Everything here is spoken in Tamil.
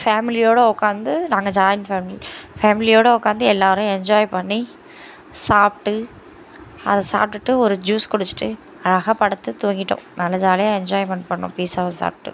ஃபேமிலியோடு உக்காந்து நாங்கள் ஜாயிண்ட் ஃபேமிலி ஃபேமிலியோடு உக்காந்து எல்லோரும் என்ஜாய் பண்ணி சாப்பிட்டு அதை சாப்ட்டுவிட்டு ஒரு ஜூஸ் குடிச்சுட்டு அழகாக படுத்து தூங்கிட்டோம் நல்ல ஜாலியாக என்ஜாய்மெண்ட் பண்ணிணோம் பீஸாவை சாப்பிட்டு